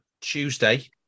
Tuesday